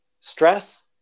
stress